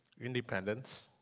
independence